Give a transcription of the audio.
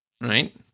right